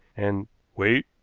and wait,